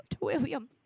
William